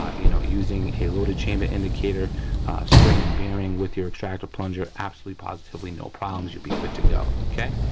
um you know, using a loaded chamber indicator spring and bearing with your extractor plunger absolutely positively no problems, you'll be good to go, okay.